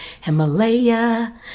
Himalaya